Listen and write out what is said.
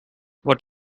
what